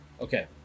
Okay